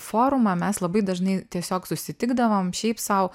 forumą mes labai dažnai tiesiog susitikdavom šiaip sau